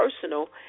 personal